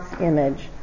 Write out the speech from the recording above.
image